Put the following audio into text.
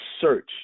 search